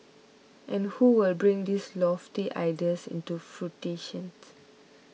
and who will bring these lofty ideas into fruition